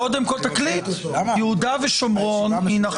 קודם כל, זאת נחלת אבותינו.